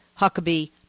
Huckabee